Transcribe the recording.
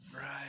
Right